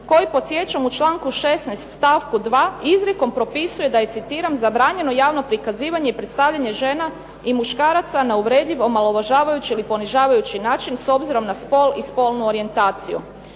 koji podsjećam u članku 16. stavku 2. izrikom propisuje, citiram: "zabranjeno javno prikazivanje i predstavljanje žena i muškaraca na uvredljiv, omalovažavajući ili ponižavajući način s obzirom na spol i spolnu orijentaciju.